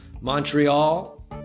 Montreal